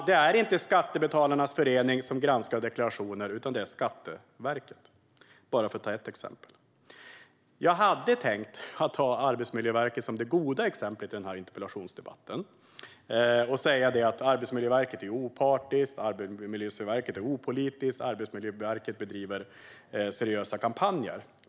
Det är inte skattebetalarnas förening som granskar deklarationer, utan det gör Skatteverket - bara för att ta ett exempel. Jag hade tänkt ta Arbetsmiljöverket som det goda exemplet i den här interpellationsdebatten och säga att Arbetsmiljöverket är opartiskt och opolitiskt och att de bedriver seriösa kampanjer.